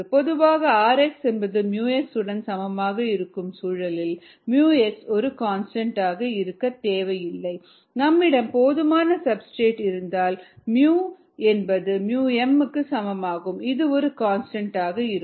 பொதுவாக rx என்பது µx உடன் சமமாக இருக்கும் சூழலில் µx ஒரு கான்ஸ்டன்ட் ஆக இருக்க தேவையில்லை நம்மிடம் போதுமான சப்ஸ்டிரேட் இருந்தால் µ என்பது µm க்கு சமம் இது ஒரு கான்ஸ்டன்ட்ஆக இருக்கும்